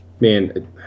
Man